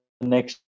next